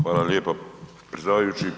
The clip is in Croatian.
Hvala lijepa predsjedavajući.